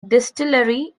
distillery